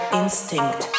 instinct